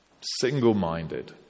Single-minded